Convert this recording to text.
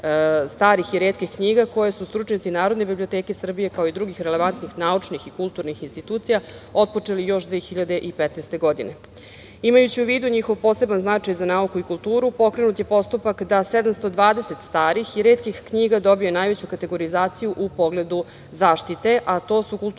starih i retkih knjiga, koje su stručnjaci Narodne biblioteke Srbije, kao i drugih relevantnih naučnih i kulturnih institucija, otpočeli još 2015. godine. Imajući u vidu, njihov poseban značaj za nauku i kulturu, pokrenut je postupak da 720 starih i retkih knjiga, dobije najveću kategorizaciju u pogledu zaštite, a to su kulturna